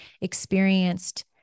experienced